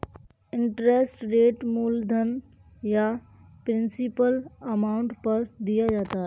interest rate मूलधन या principal amount पर दिया जाता है